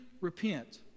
repent